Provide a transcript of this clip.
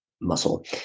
muscle